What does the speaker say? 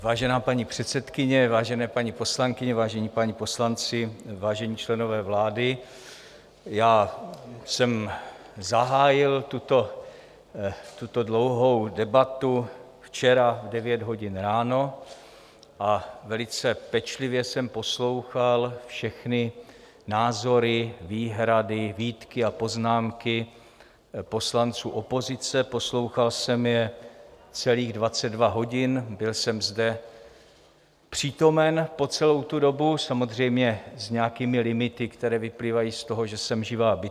Vážená paní předsedkyně, vážené paní poslankyně, vážení páni poslanci, vážení členové vlády, já jsem zahájil tuto dlouhou debatu včera v 9 hodin ráno a velice pečlivě jsem poslouchal všechny názory, výhrady, výtky a poznámky poslanců opozice, poslouchal jsem je celých 22 hodin, byl jsem zde přítomen po celou tu dobu, samozřejmě s nějakými limity, které vyplývají z toho, že jsem živá bytost.